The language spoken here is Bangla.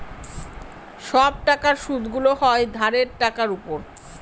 সব টাকার সুদগুলো হয় ধারের টাকার উপর